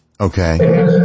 Okay